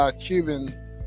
Cuban